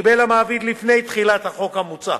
שקיבל המעביד לפני תחילת החוק המוצע.